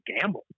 gamble